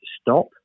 stop